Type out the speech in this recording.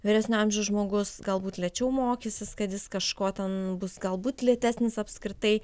vyresnio amžiaus žmogus galbūt lėčiau mokysis kad jis kažko ten bus galbūt lėtesnis apskritai